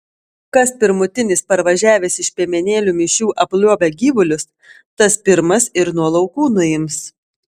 kas pirmutinis parvažiavęs iš piemenėlių mišių apliuobia gyvulius tas pirmas ir nuo laukų nuims